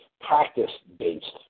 practice-based